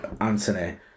Anthony